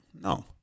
no